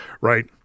right